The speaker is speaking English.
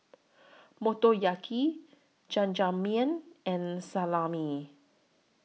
Motoyaki Jajangmyeon and Salami